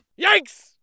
Yikes